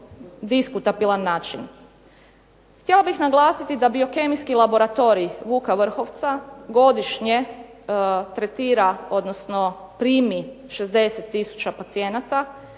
diskutabilan način. Htjela bih naglasiti da biokemijski laboratorij Vuka Vrhovca godišnje primi 60 tisuća pacijenata